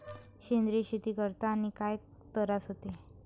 सेंद्रिय शेती करतांनी काय तरास होते?